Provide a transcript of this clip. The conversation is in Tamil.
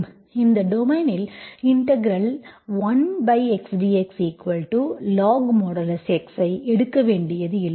இந்த டொமைனில் இன்டெக்ரல் 1xdxlog⁡|x|x | ஐ எடுக்க வேண்டியதில்லை